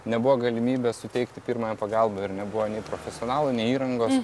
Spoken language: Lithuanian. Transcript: nebuvo galimybės suteikti pirmąją pagalbą ir nebuvo nei profesionalų nei įrangos